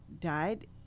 died